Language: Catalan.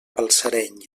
balsareny